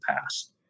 past